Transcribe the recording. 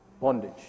bondage